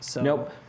Nope